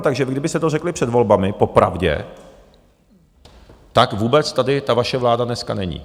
Takže kdybyste to řekli před volbami, po pravdě, tak vůbec tady ta vaše vláda dneska není.